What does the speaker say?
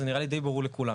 זה נראה לי די ברור לכולם.